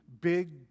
big